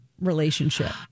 relationship